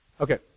Okay